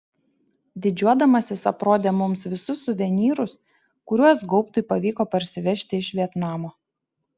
didžiuodamasis aprodė mums visus suvenyrus kuriuos gaubtui pavyko parsivežti iš vietnamo